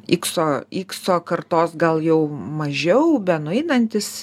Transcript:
ikso ikso kartos gal jau mažiau benueinantis